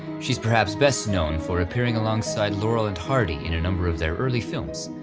she's perhaps best known for appearing alongside laurel and hardy in a number of their early films,